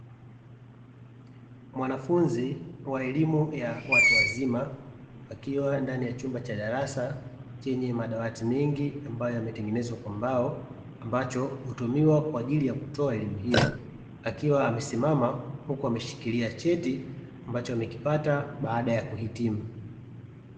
Mwanafunzi wa elimu ya watu wazima akiwa ndani ya chumba cha darasa chenye madawati mengi ambayo yametengenezwa kwa mbao ambacho hutumiwa kwa ajili ya kutoa elimu hiyo akiwa amesimama huku ameshikilia cheti ambacho amekipata baada ya kuhitimu.